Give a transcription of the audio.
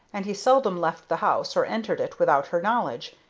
and he seldom left the house or entered it without her knowledge.